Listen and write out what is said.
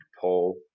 Pull